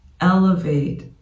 elevate